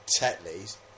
Tetley's